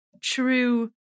true